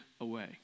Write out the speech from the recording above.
away